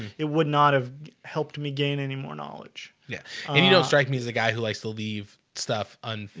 it would not have helped me gain any more knowledge yeah, and you don't know strike me as a guy who likes to leave stuff on.